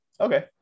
Okay